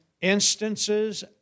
instances